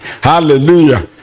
Hallelujah